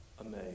amazed